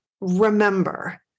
remember